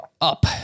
up